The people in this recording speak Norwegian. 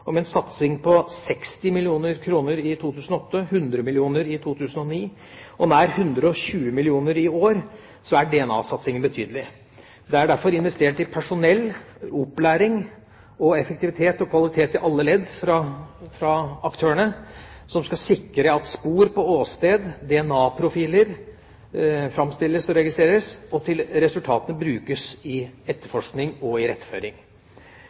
en satsing på 60 mill. kr i 2008, 100 mill. kr i 2009 og nær 120 mill. kr i år er DNA-satsingen betydelig. Det er derfor investert i personell, opplæring, effektivitet og kvalitet i alle ledd, fra aktørene som skal sikre at spor på åsted og DNA-profiler framstilles og registreres, til resultatene brukes i etterforskning og